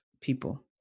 people